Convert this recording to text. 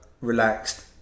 relaxed